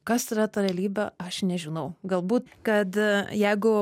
kas yra ta realybė aš nežinau galbūt kad jeigu